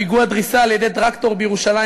פיגוע דריסה על-ידי טרקטור בירושלים,